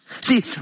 See